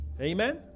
Amen